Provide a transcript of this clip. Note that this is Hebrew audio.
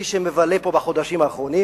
מי שמבלה פה בחודשים האחרונים